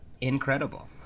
incredible